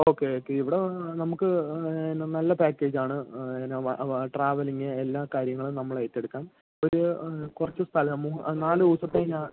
okay okay ഇവിടെ നമുക്ക് നല്ല പാക്കേജാണ് ട്രാവല്ലിങ്ങ് എല്ലാ കാര്യങ്ങളും നമ്മളേറ്റെടുക്കാം ഒരു കുറച്ച് സ്ഥലം നാല് ദിവസത്തെ